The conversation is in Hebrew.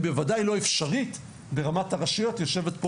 היא בוודאי לא אפשרית ברמת הרשויות יושבת פה